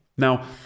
Now